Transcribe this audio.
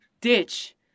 ditch